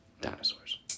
dinosaurs